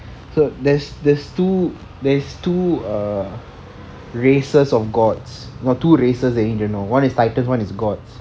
so there's there's two there's two err races of gods no two races that you need to know one is titans one is gods